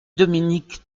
dominique